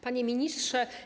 Panie Ministrze!